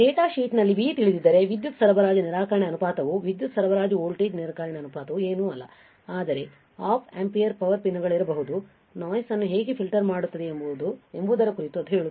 ಡೇಟಾಶೀಟ್ನಲ್ಲಿ V ತಿಳಿದಿದ್ದರೆ ವಿದ್ಯುತ್ ಸರಬರಾಜು ನಿರಾಕರಣೆ ಅನುಪಾತವು ವಿದ್ಯುತ್ ಸರಬರಾಜು ವೋಲ್ಟೇಜ್ ನಿರಾಕರಣೆ ಅನುಪಾತವು ಏನೂ ಅಲ್ಲ ಆದರೆ ಆಪ್ ಆಂಪಿಯರ್ ಪವರ್ ಪಿನ್ಗಳಿಗೆಬರುವ ನೋಯ್ಸ್ ನ್ನು ಹೇಗೆ ಫಿಲ್ಟರ್ ಮಾಡುತ್ತದೆ ಎಂಬುದರ ಕುರಿತು ಅದು ಹೇಳುತ್ತದೆ